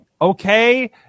okay